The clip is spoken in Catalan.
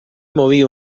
movia